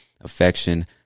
affection